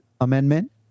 Amendment